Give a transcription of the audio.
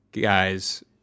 guys